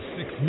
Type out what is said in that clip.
Six